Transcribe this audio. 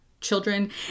children